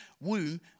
womb